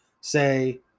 say